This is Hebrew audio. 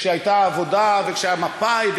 כשהייתה העבודה וכשהיה מפא"י,